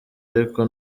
ariko